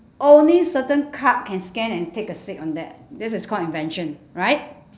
only certain card can scan and take a seat on that this is called invention right